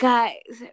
Guys